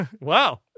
Wow